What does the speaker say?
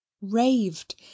raved